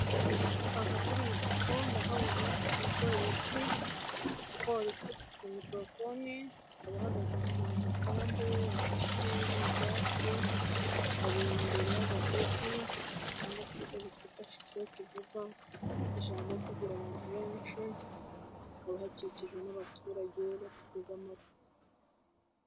Aha kuri iyi foto ndahabona umupolisi, umupolisi afite mikorofone, akaba ahagaze mu gasambu gashashe neza mu byatsi, ari imbere y'agatuti cyangwa se ako twifashisha tuvuga ijambo tubwira abantu benshi, hakaba hakikijwe n'abaturage bateza amatwi